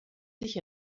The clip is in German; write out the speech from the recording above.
sich